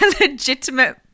legitimate